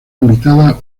invitada